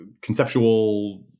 conceptual